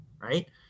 right